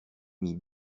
mis